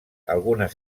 algunes